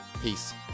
Peace